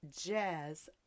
jazz